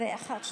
11